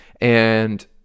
And-